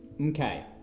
Okay